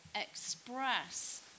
express